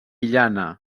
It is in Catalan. llana